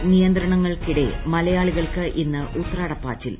Covid നിയന്ത്രണങ്ങൾക്കിടെ മലയാളികൾക്ക് ഇന്ന് ഉത്രാടപ്പാച്ചിൽ